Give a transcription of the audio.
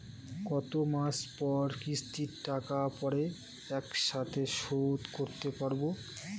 কত মাস পর কিস্তির টাকা পড়ে একসাথে শোধ করতে পারবো?